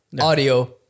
audio